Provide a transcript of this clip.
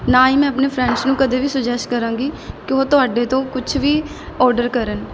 ਨਾ ਹੀ ਮੈਂ ਆਪਣੇ ਫਰੈਂਡਸ ਨੂੰ ਕਦੇ ਵੀ ਸੁਜੈਸਟ ਕਰਾਂਗੀ ਕਿ ਉਹ ਤੁਹਾਡੇ ਤੋਂ ਕੁਛ ਵੀ ਔਡਰ ਕਰਨ